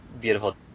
beautiful